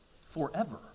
forever